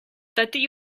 dydy